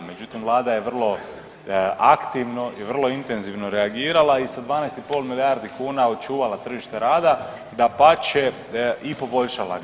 Međutim, Vlada je vrlo aktivno i vrlo intenzivno reagirala i sa 12 i pol milijardi kuna očuvala tržište rada, dapače i poboljšala ga.